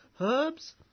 herbs